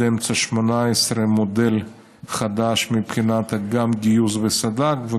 אמצע 2018 מודל חדש מבחינת גיוס וסד"כ,